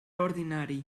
ordinari